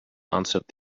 answered